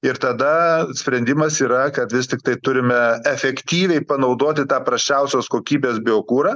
ir tada sprendimas yra kad vis tiktai turime efektyviai panaudoti tą prasčiausios kokybės biokurą